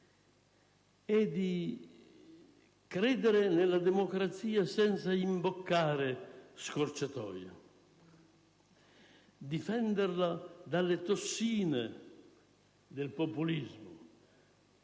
è di credere nella democrazia senza imboccare scorciatoie, di difenderla dalle tossine del populismo